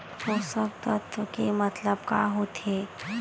पोषक तत्व के मतलब का होथे?